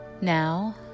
Now